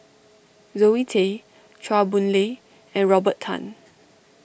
Zoe Tay Chua Boon Lay and Robert Tan